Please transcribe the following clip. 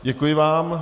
Děkuji vám.